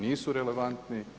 Nisu relevantni?